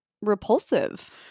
repulsive